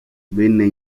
venne